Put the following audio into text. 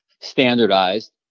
standardized